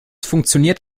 funktioniert